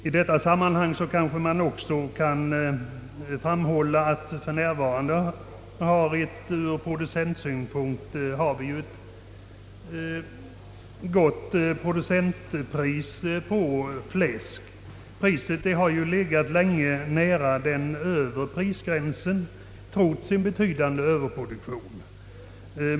I sammanhanget kanske också kan framhållas, att vi för närvarande ur producentsynpunkt har ett gott producentpris på fläsk. Priset har länge legat nära den övre prisgränsen trots den betydande överproduktionen.